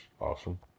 awesome